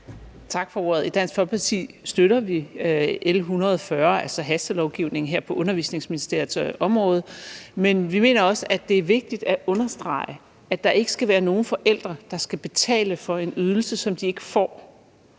Tak for ordet. I Dansk Folkeparti støtter vi L 140, altså hastelovgivningen her på Undervisningsministeriets område, men vi mener også, at det er vigtigt at understrege, at der ikke skal være nogen forældre, der skal betale for en ydelse, som de ikke får